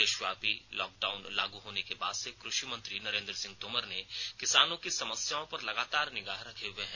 देशव्यापी लॉकडाउन लागू होने के बाद से कृषि मंत्री नरेंद्र सिंह तोमर ने किसानों की समस्याओं पर लगातार निगाह रखे हुए हैं